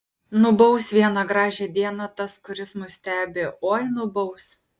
nubaus vieną gražią dieną tas kuris mus stebi oi nubaus